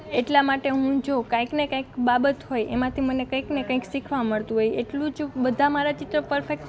એટલાં માટે હું જો કંઇક ને કંઇક બાબત હોય એમાંથી મને કંઇક ને કંઇક શીખવાં મળતું હોય એટલું જો બધાં મારાં ચિત્રો પરફેક્ટ